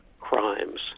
crimes